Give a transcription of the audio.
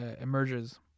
emerges